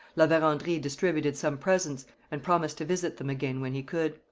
la verendrye distributed some presents and promised to visit them again when he could.